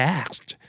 asked